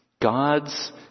God's